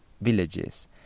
villages